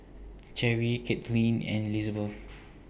Cherrie Kaitlynn and Lizabeth